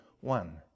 one